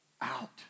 out